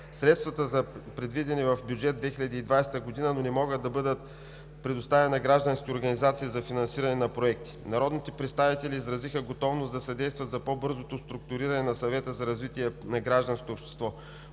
Средствата са предвидени в бюджета за 2020 г., но не могат да бъдат предоставени на гражданските организации за финансиране на проекти. Народните представители изразиха готовност да съдействат за по-бързото структуриране на Съвета за развитие на гражданското общество.